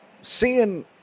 seeing